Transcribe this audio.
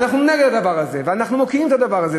ואנחנו נגד הדבר הזה, ואנחנו מוקיעים את הדבר הזה.